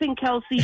Kelsey